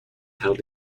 held